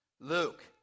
Luke